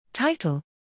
Title